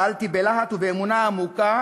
פעלתי בלהט ובאמונה עמוקה